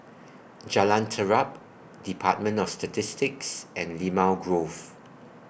Jalan Terap department of Statistics and Limau Grove